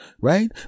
right